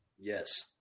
Yes